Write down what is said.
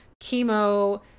chemo